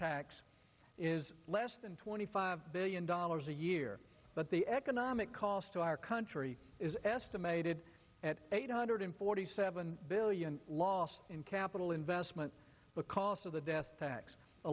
tax is less than twenty five billion dollars a year but the economic cost to our country is estimated at eight hundred forty seven billion lost in capital investment because of the death tax a